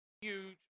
huge